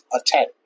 attack